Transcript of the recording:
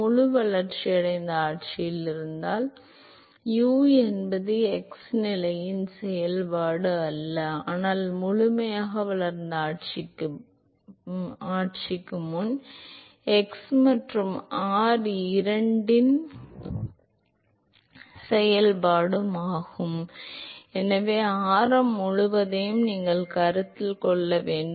முழு வளர்ச்சியடைந்த ஆட்சியில் இருந்தால் u என்பது x நிலையின் செயல்பாடு அல்ல ஆனால் முழுமையாக வளர்ந்த ஆட்சிக்கு முன் x மற்றும் r இரண்டின் செயல்பாடும் ஆகும் எனவே ஆரம் முழுவதையும் நீங்கள் கருத்தில் கொள்ள வேண்டும்